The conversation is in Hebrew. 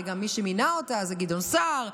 הרי גם מי שמינה אותה זה גדעון סער,